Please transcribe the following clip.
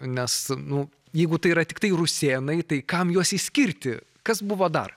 nes nu jeigu tai yra tiktai rusėnai tai kam juos išskirti kas buvo dar